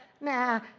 nah